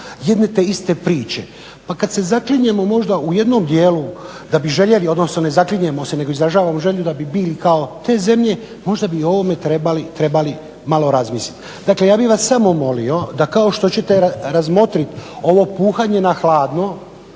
jedne te iste priče. Pa kada se zaklinjemo možda u jednom dijelu da bi željeli odnosno ne zaklinjemo se nego izražavamo želju da bi bili kao te zemlje možda bi o ovome trebali malo razmisliti. Dakle ja bih vas samo molio da kao što ćete razmotriti ovo puhanje na hladno